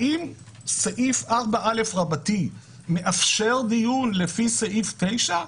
האם סעיף 4א רבתי מאפשר דיון לפי סעיף 9?